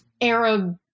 Arab